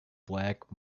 black